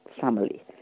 family